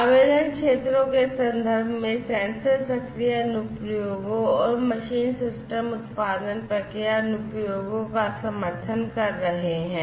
आवेदन क्षेत्रों के संदर्भ में सेंसर सक्रिय अनुप्रयोगों और मशीन सिस्टम उत्पादन प्रक्रिया अनुप्रयोगों का समर्थन कर रहे हैं